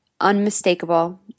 unmistakable